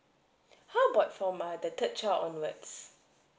how about for my the third child onwards